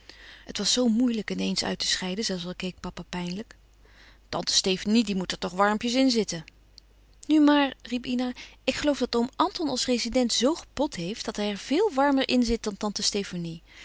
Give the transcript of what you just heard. het was zoo moeielijk in eens uit te scheiden zelfs al keek papa pijnlijk tante stefanie die moet er toch warmpjes in zitten nu maar riep ina ik geloof dat oom anton als rezident zoo gepot heeft dat hij er veel warmer in zit dan tante stefanie